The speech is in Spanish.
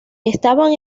estaban